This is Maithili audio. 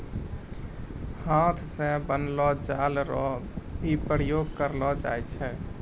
हाथ से बनलो जाल रो भी प्रयोग करलो जाय छै